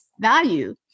value